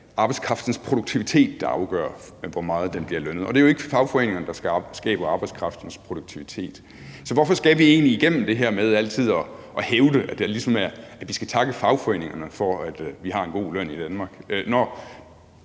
arbejdskraftens produktivitet, der afgør, med hvor meget den bliver lønnet. Og det er jo ikke fagforeningerne, der skaber arbejdskraftens produktivitet. Så hvorfor skal vi egentlig igennem det her med altid at hævde, at vi skal takke fagforeningerne for, at vi har en god løn i Danmark, når